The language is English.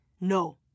no